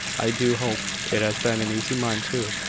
i do hope it has been an easy mind too.